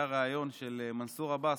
היה ריאיון של מנסור עבאס,